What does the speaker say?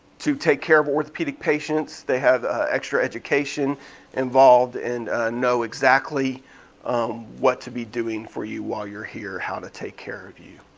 to take care of orthopedic patients. they have extra education involved and know exactly what to be doing for you while you're here, how to take care of you.